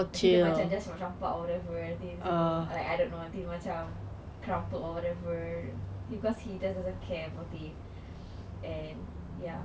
nanti dia just macam campak or whatever nanti semua like I don't know nanti macam crumpled or whatever because he just doesn't care for this and ya